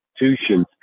institutions